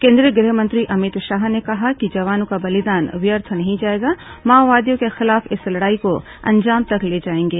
केंद्रीय गृह मंत्री अमित शाह ने कहा कि जवानों का बलिदान व्यर्थ नहीं जाएगा माओवादियों के खिलाफ इस लड़ाई को अंजाम तक ले जाएंगे